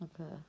okay